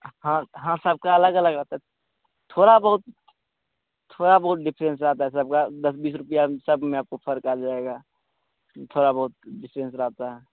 हाँ हाँ सबका अलग अलग रहता है थोड़ा बहुत थोड़ा बहुत डिफ़रेंस आता है सबका दस बीस रूपये सब में आपको फ़र्क़ आ जाएगा थोड़ा बहुत डिफ़रेंस रहता है